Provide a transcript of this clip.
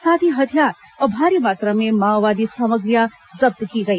साथ ही हथियार और भारी मात्रा में माओवादी सामग्रियां जब्त की गई